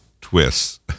twists